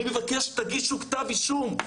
אני מבקש שתגישו כתב אישום.